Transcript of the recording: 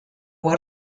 what